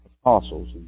apostles